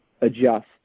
adjust